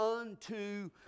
unto